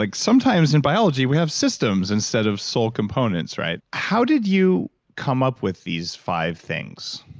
like sometimes in biology we have systems instead of sole components right? how did you come up with these five things?